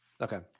Okay